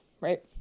right